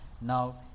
Now